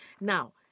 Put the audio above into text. Now